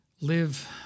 live